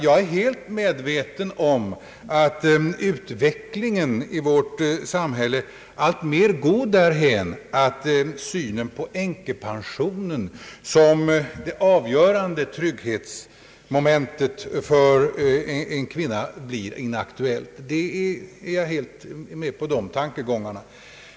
Jag är helt medveten om att utvecklingen i vårt samhälle alltmer går därhän att synen på änkepensionen som det avgörande trygghetsmomentet för en kvinna blir inaktuell.